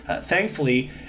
Thankfully